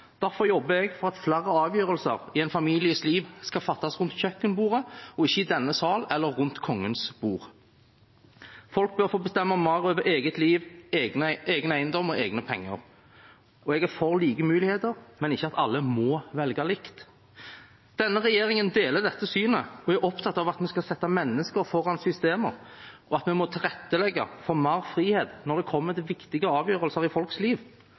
Derfor jobber jeg for at flere avgjørelser i en families liv skal fattes rundt kjøkkenbordet og ikke i denne salen eller rundt Kongens bord. Folk bør få bestemme mer over eget liv, egen eiendom og egne penger. Jeg er for like muligheter, men ikke at alle må velge likt. Denne regjeringen deler dette synet og er opptatt av at vi skal sette mennesker foran systemer, og at vi må tilrettelegge for mer frihet når det kommer til viktige avgjørelser i folks liv,